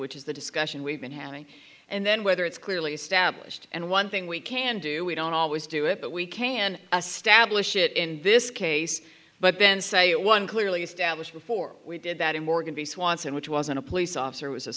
which is the discussion we've been having and then whether it's clearly established and one thing we can do we don't always do it but we can as stablish it in this case but then say it one clearly established before we did that in morgan b swanson which wasn't a police officer was a